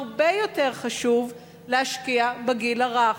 הרבה יותר חשוב להשקיע בגיל הרך.